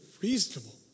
reasonable